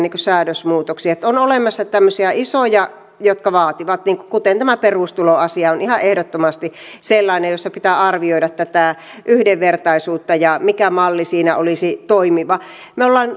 säädösmuutoksia on olemassa tämmöisiä isoja jotka vaativat kuten tämä perustuloasia on ihan ehdottomasti sellainen jossa pitää arvioida tätä yhdenvertaisuutta ja sitä mikä malli siinä olisi toimiva me olemme